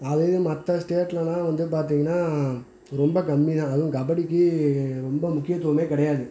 அதே மற்ற ஸ்டேட்லெலாம் வந்து பார்த்திங்கன்னா ரொம்ப கம்மி தான் அதுவும் கபடிக்கு ரொம்ப முக்கியத்துவமே கிடையாது